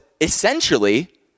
essentially